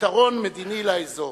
פתרון מדיני לאזור.